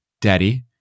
Daddy